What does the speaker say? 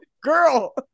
girl